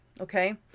okay